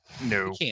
No